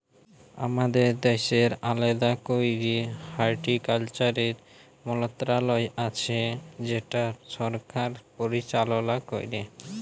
আমাদের দ্যাশের আলেদা ক্যরে হর্টিকালচারের মলত্রলালয় আছে যেট সরকার পরিচাললা ক্যরে